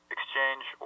Exchange